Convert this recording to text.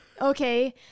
okay